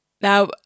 Now